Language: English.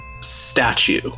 statue